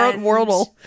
world